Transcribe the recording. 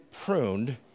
pruned